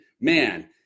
man